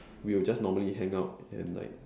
we will just normally hang out and like